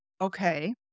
Okay